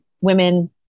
women